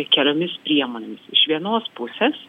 keliomis priemonėmis iš vienos pusės